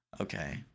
Okay